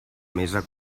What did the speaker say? mesa